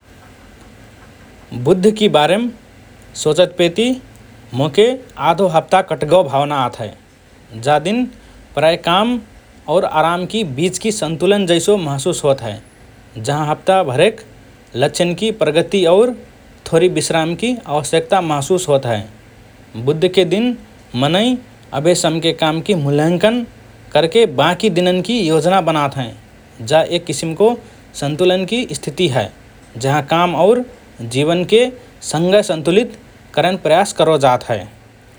बुद्धकि बारेम सोचतपेति मोके आधो हप्ता कट्गओ भावना आत हए । जा दिन प्रायः काम और आरामकि बीचकि सन्तुलन जैसो महसुस होत हए, जहाँ हप्ता भरेक लक्ष्यन्कि प्रगति और थोरि विश्रामकि आवश्यकता महसुस होत हए । बुद्धके दिन मनई अभेसम्के कामकि मुल्यांकन करके बाँकी दिनन्कि योजना बनात हएँ । जा एक किसिमको सन्तुलनकि स्थिति हए, जहाँ काम और जीवनके संगए सन्तुलित करन प्रयास करो जात हए ।